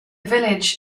village